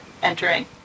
Entering